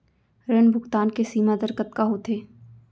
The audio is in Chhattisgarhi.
ऋण भुगतान के सीमा दर कतका होथे?